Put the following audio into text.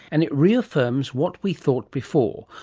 and it reaffirms what we thought before,